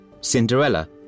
Cinderella